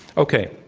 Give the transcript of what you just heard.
okay.